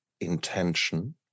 intention